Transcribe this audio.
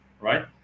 right